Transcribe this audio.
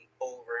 over